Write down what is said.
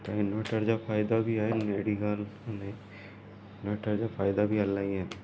त इनवटर जा फ़ाइदा बि आइन हेॾी ॻाल्हि कोन्हे इनवटर जा फ़ाइदा बि इलाही आहिनि